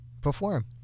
perform